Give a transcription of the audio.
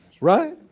Right